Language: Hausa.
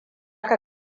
ka